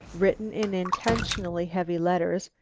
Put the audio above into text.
written in intentionally heavy letters,